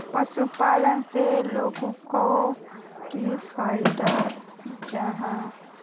पशुपालन से लोगोक की फायदा जाहा?